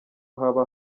haba